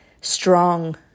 strong